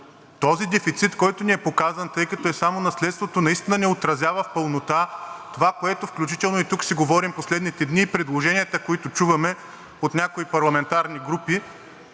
този дефицит, който ни е показан, тъй като е само наследството, наистина не отразява в пълнота това, което, включително и тук, си говорим в последните дни, и предложенията, които чуваме от някои парламентарни групи,